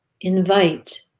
invite